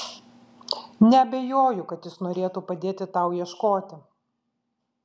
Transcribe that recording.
neabejoju kad jis norėtų padėti tau ieškoti